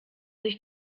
sich